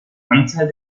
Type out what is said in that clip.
anteil